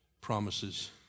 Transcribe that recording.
promises